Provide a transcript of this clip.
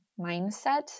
mindset